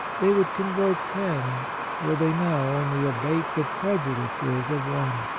they would convert ten where they now only abate the prejudices of one.